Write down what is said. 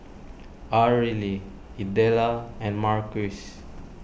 Arely Idella and Marquis